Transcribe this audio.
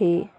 थे?